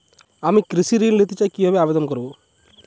আমি কৃষি ঋণ নিতে চাই কি ভাবে আবেদন করব?